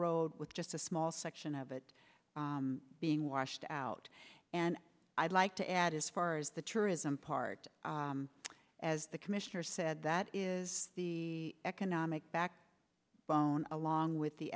road with just a small section of it being washed out and i'd like to add as far as the tourism part as the commissioner said that is the economic back bone along with the